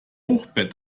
hochbett